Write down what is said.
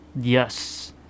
Yes